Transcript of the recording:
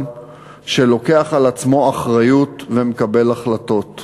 שלוקח על עצמו אחריות ומקבל החלטות,